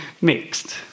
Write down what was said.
Mixed